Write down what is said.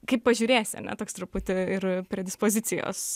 kaip pažiūrėsi ane toks truputį ir prie dispozicijos